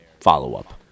follow-up